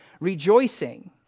rejoicing